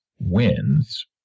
wins